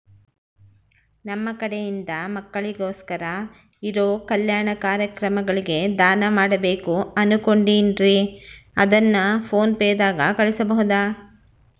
ನಮ್ಮ ಕಡೆಯಿಂದ ಮಕ್ಕಳಿಗೋಸ್ಕರ ಇರೋ ಕಲ್ಯಾಣ ಕಾರ್ಯಕ್ರಮಗಳಿಗೆ ದಾನ ಮಾಡಬೇಕು ಅನುಕೊಂಡಿನ್ರೇ ಅದನ್ನು ಪೋನ್ ಪೇ ದಾಗ ಕಳುಹಿಸಬಹುದಾ?